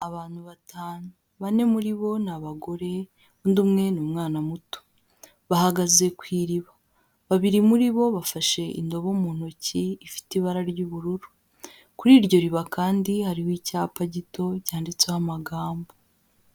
Abantu batanu, bane muri bo ni abagore, undi umwe ni umwana muto bahagaze ku iriba, babiri muri bo bafashe indobo mu ntoki ifite ibara ry'ubururu, kuri iryo riba kandi hariho icyapa gito cyanditseho amagambo.